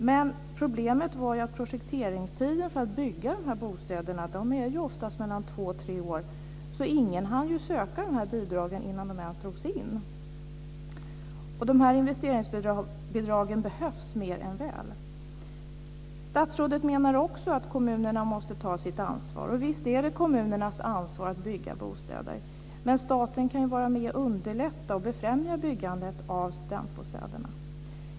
Men problemet är ju att projekteringstiden för att bygga dessa bostäder oftast är två tre år, vilket gjorde att ingen hann söka investeringsbidragen innan de drogs in, och investeringsbidragen behövs mer än väl. Statsrådet menar också att kommunerna måste ta sitt ansvar. Och visst är det kommunernas ansvar att bygga bostäder, men staten kan ju vara med och underlätta och befrämja byggandet av studentbostäderna.